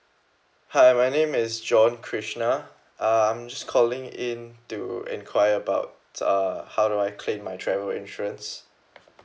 hi my name is john krishna uh I'm just calling in to enquire about uh how do I claim my travel insurance